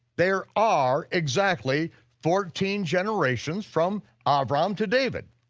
there are exactly fourteen generations from abram to david.